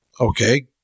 Okay